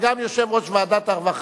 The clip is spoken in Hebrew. יושב-ראש הוועדה,